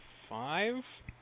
five